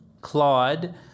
Claude